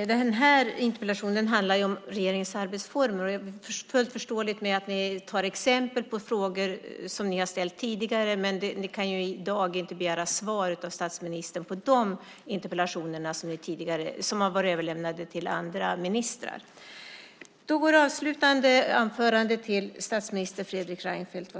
den här interpellationen handlar om regeringens arbetsformer. Jag är fullt införstådd med att ni tar exempel på frågor som ni har ställt tidigare, men ni kan i dag inte begära svar av statsministern på de interpellationer som har varit överlämnade till andra ministrar.